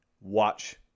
watch